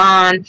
on